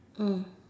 mm